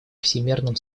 всемерном